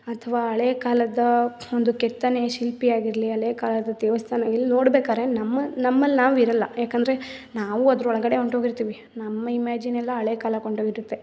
ಅಥವಾ ಹಳೇ ಕಾಲದ ಒಂದು ಕೆತ್ತನೆ ಶಿಲ್ಪಿ ಆಗಿರಲಿ ಹಳೇ ಕಾಲದ ದೇವಸ್ಥಾನ ಇಲ್ಲಿ ನೋಡ್ಬೇಕಾದ್ರೆ ನಮ್ಮ ನಮ್ಮಲ್ಲಿ ನಾವು ಇರೋಲ್ಲ ಏಕಂದ್ರೆ ನಾವೂ ಅದರೊಳ್ಗಡೆ ಹೊಂಟೋಗಿರ್ತೀವಿ ನಮ್ಮ ಇಮ್ಯಾಜಿನೆಲ್ಲ ಹಳೇ ಕಾಲಕ್ಕೆ ಹೊಂಟೋಗಿರುತ್ತೆ